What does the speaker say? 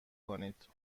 کنید